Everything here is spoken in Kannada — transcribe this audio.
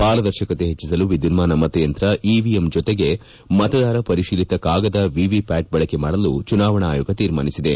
ಪಾರದರ್ಶಕತೆ ಹೆಚ್ಚಿಸಲು ವಿದ್ಯುನ್ನಾನ ಮತಯಂತ್ರ ಇವಿಎಂ ಜೊತೆಗೆ ಮತದಾರ ಪರಿಶೀಲಿತ ಕಾಗದ ವಿವಿಪ್ಯಾಟ್ ಬಳಕೆ ಮಾಡಲು ಚುನಾವಣಾ ಆಯೋಗ ತೀರ್ಮಾನಿಸಿದೆ